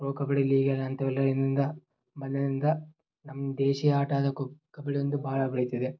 pro kabaddi ಲೀಗಿಗೆ ಅಂತ ಎಲ್ಲೆಲ್ಲಿಂದ ಬಂದಿದ್ದರಿಂದ ನಮ್ಮ ದೇಶೀಯ ಆಟ ಕಬಡ್ಡಿ ಒಂದು ಭಾಳ ಬೆಳೀತದೆ